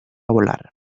volar